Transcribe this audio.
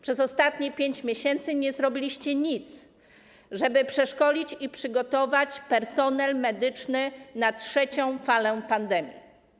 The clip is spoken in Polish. Przez ostatnie 5 miesięcy nie zrobiliście nic, żeby przeszkolić i przygotować personel medyczny na trzecią falę pandemii.